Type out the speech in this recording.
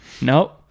nope